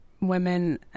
women